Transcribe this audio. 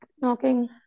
knocking